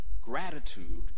Gratitude